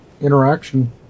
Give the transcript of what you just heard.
interaction